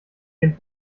den